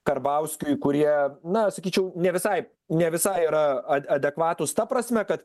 karbauskiui kurie na sakyčiau ne visai ne visai yra adekvatūs ta prasme kad